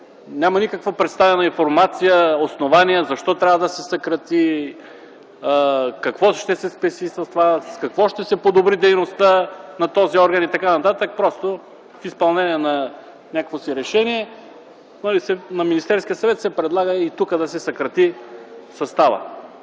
Няма никаква представена информация, основания – защо трябва да се съкрати, какво ще се спести с това, с какво ще се подобри дейността на този орган и така нататък, просто в изпълнение на някакво си решение на Министерския съвет се предлага и тука съставът